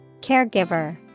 Caregiver